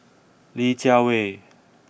Li Jiawei